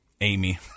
Amy